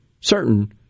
certain